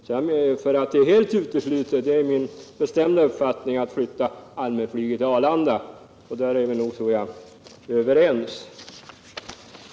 Det är min bestämda uppfattning att det är helt uteslutet att flytta ut allt allmänflyg till Arlanda, och där tror jag vi är överens.